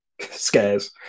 scares